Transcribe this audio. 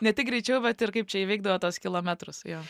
ne tik greičiau bet ir kaip čia įveikdavo tuos kilometrus jo